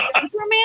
Superman